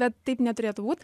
bet taip neturėtų būt